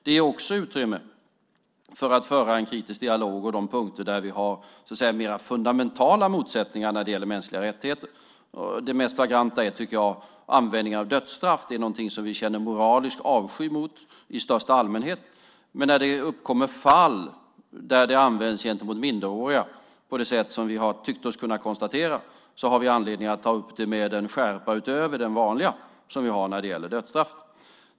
Det ger också utrymme för att föra en kritisk dialog på de punkter där vi har så att säga mer fundamentala motsättningar när det gäller mänskliga rättigheter. Den mest flagranta är, tycker jag, användningen av dödsstraff. Det är någonting som vi känner moralisk avsky emot i största allmänhet, men när det uppkommer fall där det används gentemot minderåriga på det sätt som vi har tyckt oss kunna konstatera har vi anledning att ta upp det med en skärpa utöver den vanliga som vi har när det gäller dödsstraffet.